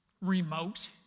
Remote